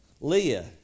Leah